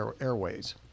Airways